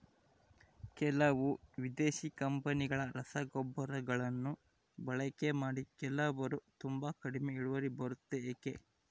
ಕೆಲವು ವಿದೇಶಿ ಕಂಪನಿಗಳ ರಸಗೊಬ್ಬರಗಳನ್ನು ಬಳಕೆ ಮಾಡಿ ಕೆಲವರು ತುಂಬಾ ಕಡಿಮೆ ಇಳುವರಿ ಬರುತ್ತೆ ಯಾಕೆ?